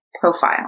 profile